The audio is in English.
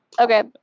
Okay